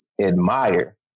admire